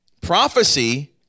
Prophecy